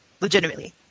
legitimately